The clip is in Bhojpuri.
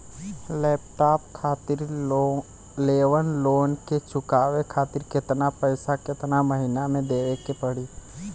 लैपटाप खातिर लेवल लोन के चुकावे खातिर केतना पैसा केतना महिना मे देवे के पड़ी?